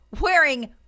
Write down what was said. wearing